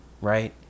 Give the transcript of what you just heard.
Right